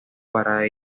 para